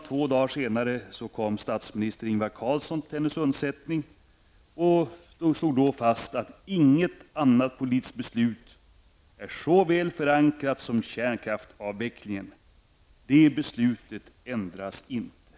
Två dagar senare kom statsminister Ingvar Carlsson till hennes undsättning. Det slogs då fast: ''Inget annat politiskt beslut är så väl förankrat som kärnkraftsavvecklingen. Det beslutet ändras inte.''